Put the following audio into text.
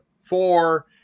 four